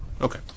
Okay